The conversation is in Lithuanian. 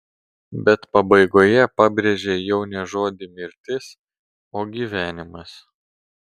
bet pabaigoje pabrėžei jau ne žodį mirtis o gyvenimas